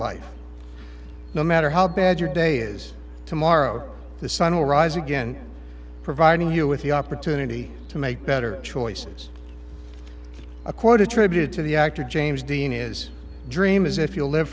life no matter how bad your day is tomorrow the sun will rise again providing you with the opportunity to make better choices a quote attributed to the actor james dean is dream as if you'll live